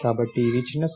కాబట్టి ఇది చిన్న సమస్య